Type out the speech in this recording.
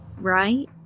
right